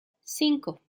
cinco